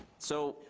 so,